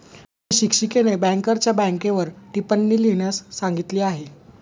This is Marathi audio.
आम्हाला शिक्षिकेने बँकरच्या बँकेवर टिप्पणी लिहिण्यास सांगितली आहे